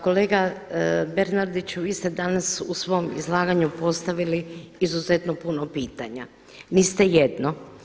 Kolega Bernardiću, vi ste danas u svom izlaganju postavili izuzetno puno pitanja, niste jedno.